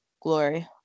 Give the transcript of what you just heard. Glory